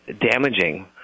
damaging